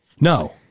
No